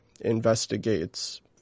investigates